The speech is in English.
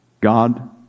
God